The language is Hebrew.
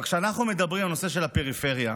אבל כשאנחנו מדברים על נושא הפריפריה,